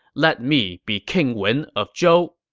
let me be king wen of zhou.